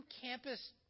campus